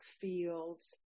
fields